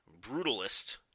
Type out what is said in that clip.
Brutalist